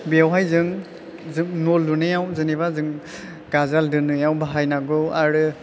बेयावहाय जों न' लुनायाव जेनोबा जों गाजाल दोनायाव बाहायनांगौ आरो